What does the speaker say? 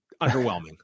underwhelming